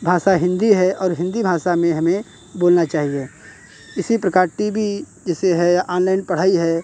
भाषा हिन्दी है और हिन्दी भाषा में हमें बोलना चाहिए इसी प्रकार टी वी जैसे है ऑनलाइन पढ़ाई है